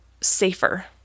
safer